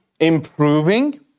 improving